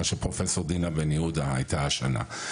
מה שפרופ' דינה בן יהודה הייתה השנה.